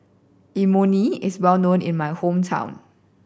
imoni is well known in my hometown